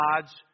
God's